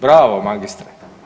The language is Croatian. Bravo, magistre.